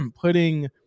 putting